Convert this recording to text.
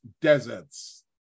deserts